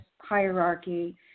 hierarchy